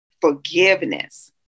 forgiveness